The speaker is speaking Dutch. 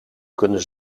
kunnen